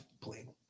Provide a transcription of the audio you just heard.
plane